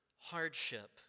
hardship